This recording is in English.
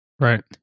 Right